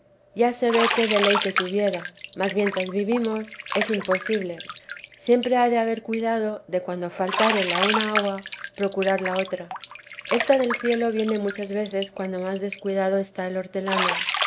ya se ve qué deleite tuviera mas mientras vivimos es imposible siempre ha de haber cuidado de cuando faltare la una agua procurar la otra esta del cielo viene muchas veces cuando más descuidado está el hortelano